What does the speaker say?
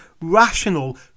rational